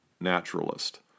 naturalist